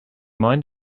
mind